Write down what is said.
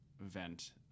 event